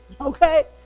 okay